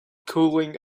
cooling